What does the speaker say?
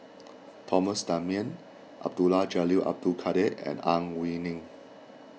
Thomas Dunman Abdul Jalil Abdul Kadir and Ang Wei Neng